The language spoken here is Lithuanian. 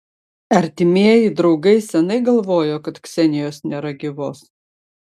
artimieji draugai seniai galvojo kad ksenijos nėra gyvos